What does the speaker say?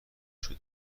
شده